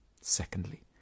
Secondly